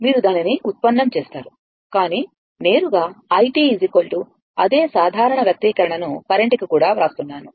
మీరు దానిని ఉత్పన్నం చేస్తారు కాని నేరుగా i అదే సాధారణ వ్యక్తీకరణను కరెంట్ కి కూడా వ్రాస్తున్నాను